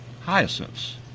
hyacinths